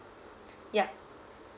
yeah